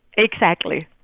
exactly